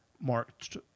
marked